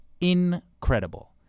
incredible